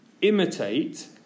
imitate